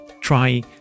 try